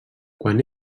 quan